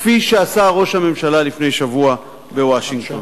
כפי שעשה ראש הממשלה לפני שבוע בוושינגטון.